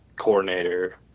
coordinator